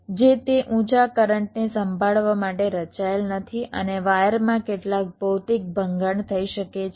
જે તે ઊંચા કરંટને સંભાળવા માટે રચાયેલ નથી અને વાયરમાં કેટલાક ભૌતિક ભંગાણ થઈ શકે છે